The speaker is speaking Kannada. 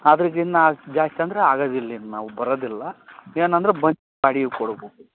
ಅದ್ರ್ಗಿಂತ ಜಾಸ್ತಿ ಅಂದ್ರೆ ಆಗದಿಲ್ಲ ಇನ್ನು ನಾವು ಬರೋದಿಲ್ಲ ಏನಂದ್ರೆ ಬಾಡಿಗೆ ಕೊಡ್ಬೇಕು